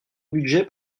budgets